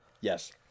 Yes